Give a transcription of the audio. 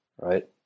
right